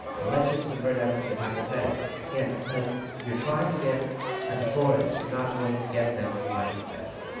you know let's just convert everything to micro credit again because if you're trying to get at the poorest you're not going to get them through microcredit.